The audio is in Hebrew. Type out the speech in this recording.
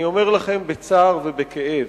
אני אומר לכם בצער ובכאב,